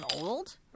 old